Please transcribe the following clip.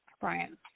Brian